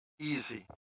easy